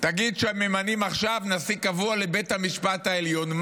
תגיד שממנים עכשיו נשיא קבוע לבית המשפט העליון.